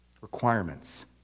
requirements